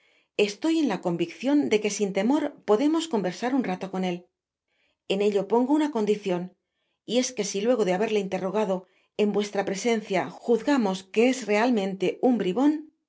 estoy en la conviccion deque sin temor podemos conversar un rato con él en ello pongo una condicion y es que si luego de haberle interrogado en vuestra presencia juzgamos que es realmente un bribon